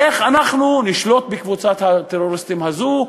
איך אנחנו נשלוט בקבוצת הטרוריסטים הזאת?